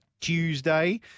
Tuesday